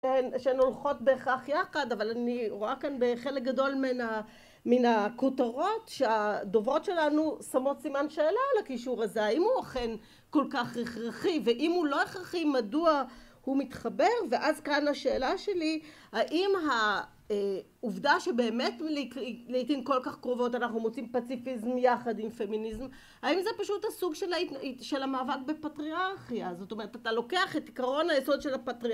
שהן הולכות בהכרח יחד, אבל אני רואה כאן בחלק גדול מן הכותרות שהדוברות שלנו שמות סימן שאלה על הקישור הזה, האם הוא אכן כל כך הכרחי? ואם הוא לא הכרחי מדוע הוא מתחבר, ואז כאן השאלה שלי, האם העובדה שבאמת לעיתים כל כך קרובות אנחנו מוצאים פציפיזם יחד עם פמיניזם, האם זה פשוט הסוג של המאבק בפטריארכיה, זאת אומרת, אתה לוקח את עקרון היסוד של הפטרי...